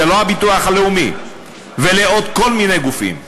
זה לא הביטוח הלאומי, ולעוד כל מיני גופים.